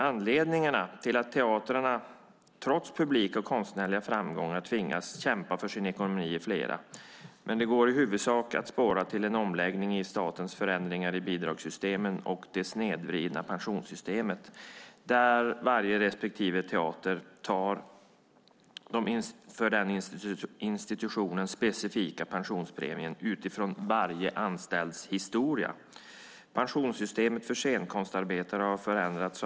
Anledningarna till att teatrarna trots publika och konstnärliga framgångar tvingas kämpa för sin ekonomi är flera, men de går i huvudsak att spåra till statens förändringar i bidragssystemen och det snedvridna pensionssystemet. Respektive teater har en för institutionen specifik pensionspremie utifrån varje anställds historia. Pensionssystemet för scenkonstarbetare har förändrats.